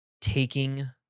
taking